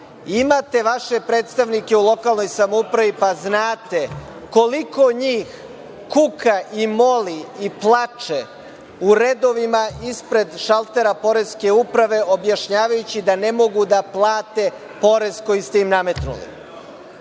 Imate vaše predstavnike u lokalnoj samoupravi, pa znate koliko njih kuka, moli i plače u redovima ispred šaltera poreske uprave, objašnjavajući da ne mogu da plate porez koji ste im nametnuli. Ja